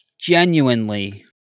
genuinely